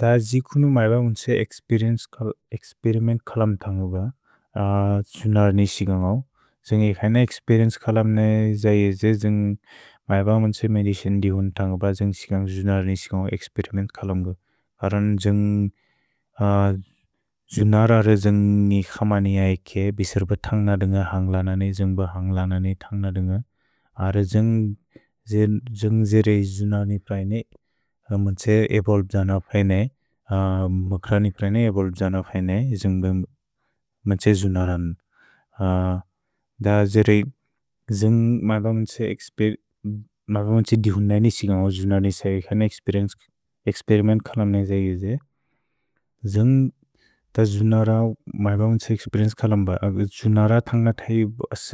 द जिकुनु मैब म्त्से एक्स्पेरिमेन्त् कलम् तन्गु ब, जुनर् नि सिकन्गौ। जुन्ग् इकैन एक्स्पेरिएन्चे कलम् ने जये जे जुन्ग् मैब म्त्से मेदिततिओन् दि हुन् तन्गु ब जुन्ग् सिकन्ग् जुनर् नि सिकन्गु एक्स्पेरिमेन्त् कलम् गु। अरन् द्जुन्ग् जुनर् अर द्जुन्ग् नि क्समनि अएके, बिसिर्ब तन्ग दुन्ग हन्ग् लनने, द्जुन्ग्ब हन्ग् लनने, तन्ग दुन्ग। अर द्जुन्ग् जिरे जुननि प्लेइने म्त्से एबोल्ब् जन फेइने, म्क्रनि प्लेइने एबोल्ब् जन फेइने, द्जुन्ग्बे म्त्से जुनरन्। द जिरे जुन्ग् मैब म्त्से एक्स्पेरिमेन्त, मैब म्त्से दिहुन्दनि सिकन्गु जुननि सएकनि एक्स्पेरिमेन्त कलम्ने जैजे, जुन्ग् त जुनर, मैब म्त्से एक्स्पेरिमेन्त कलम्ब, जुनर तन्ग तयु अस